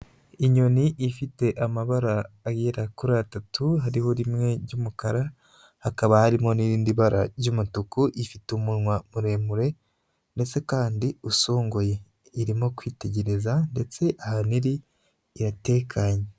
Inyoni ifite amabara agera kuri atatu, hariho rimwe ry'umukara, hakaba harimo n'irindi bara ry'umutuku, ifite umunwa muremure ndetse kandi usongoye, irimo kwitegereza, ndetse ahantu iri iratekanye.